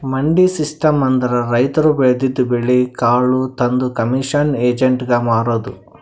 ಮಂಡಿ ಸಿಸ್ಟಮ್ ಅಂದ್ರ ರೈತರ್ ಬೆಳದಿದ್ದ್ ಬೆಳಿ ಕಾಳ್ ತಂದ್ ಕಮಿಷನ್ ಏಜೆಂಟ್ಗಾ ಮಾರದು